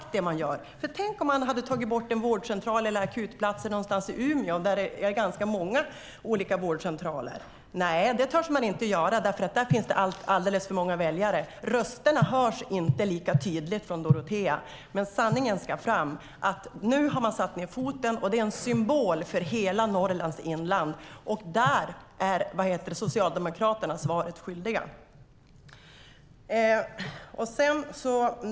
Tänk om man tagit bort en vårdcentral eller akutplatser i Umeå, där det finns ganska många vårdcentraler. Nej, det törs man inte göra för där finns alldeles för många väljare. Rösterna hörs inte lika tydligt från Dorotea. Sanningen måste fram. Nu har man satt ned foten, och det är en symbol för hela Norrlands inland. Där är Socialdemokraterna svaret skyldiga.